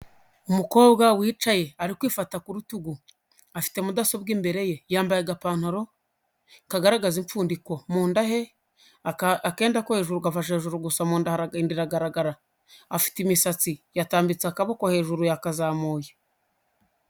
Umukobwa wicaye ari kwifata ku rutugu afite mudasobwa imbere ye yambaye agapantaro kagaragaza upfundiko, munda he akenda ko hejuru gafashe hejuru gusa mu nda haragaragara afite imisatsi yatambitse akaboko hejuru yakazamuye.